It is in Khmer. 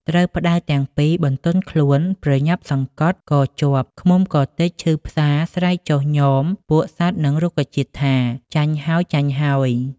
ត្រូវផ្តៅទាំងពីរបន្ទន់ខ្លួន ប្រញាប់សង្កត់កជាប់ ឃ្មុំក៏ទិចឈឺផ្សាស្រែកចុះញ៉មពួកសត្វនិងរុក្ខជាតិថា “ ចាញ់ ហើយៗ ! ”។